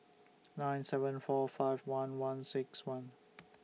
nine seven four five one one six one